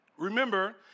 Remember